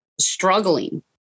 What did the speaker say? struggling